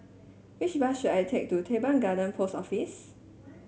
which bus should I take to Teban Garden Post Office